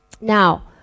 Now